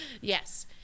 Yes